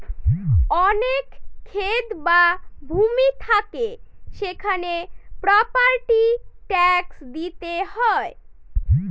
অনেক ক্ষেত বা ভূমি থাকে সেখানে প্রপার্টি ট্যাক্স দিতে হয়